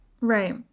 Right